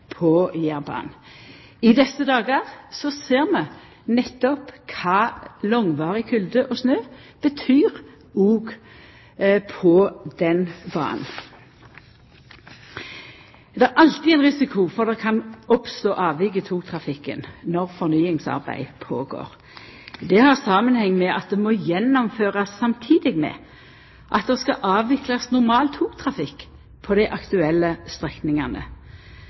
på jernbanen. I desse dagar ser vi nettopp kva langvarig kulde og snø betyr òg på den banen. Det er alltid ein risiko for at det kan oppstå avvik i togtrafikken når ein held på med fornyingsarbeid. Det har samanheng med at det må gjennomførast samtidig med at det skal avviklast normal togtrafikk på dei aktuelle strekningane.